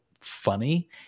funny